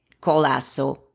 Colasso